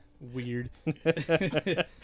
Weird